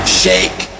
shake